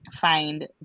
find